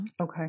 Okay